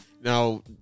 now